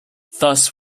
thus